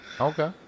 Okay